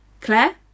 Claire